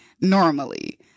Normally